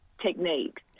techniques